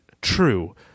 true